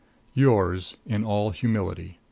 yours, in all humility.